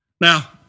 Now